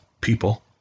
people